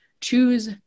choose